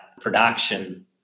production